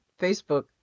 Facebook